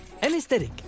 Anesthetic